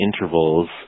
intervals